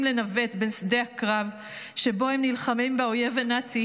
לנווט בין שדה הקרב שבו הם נלחמים באויב הנאצי